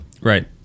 right